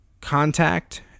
Contact